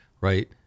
right